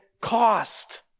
cost